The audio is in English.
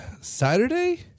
Saturday